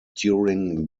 during